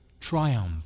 triumph